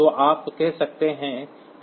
तो आप कह रहे हैं कि 6 वर्ण हैं